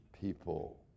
people